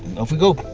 off we go.